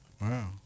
wow